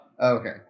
okay